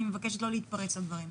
אני מבקשת לא להתפרץ לדברים.